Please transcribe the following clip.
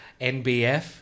NBF